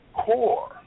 core